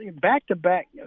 Back-to-back